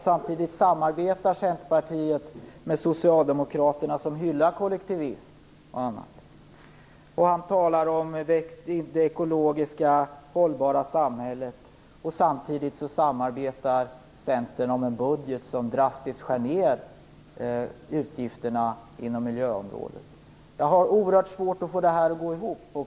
Samtidigt samarbetar Centerpartiet med Socialdemokraterna som hyllar kollektivism. Han talar om det ekologiskt hållbara samhället. Samtidigt samarbetar Centern med Socialdemokraterna om en budget som drastiskt skär ned utgifterna inom miljöområdet. Jag har oerhört svårt att få detta att gå ihop.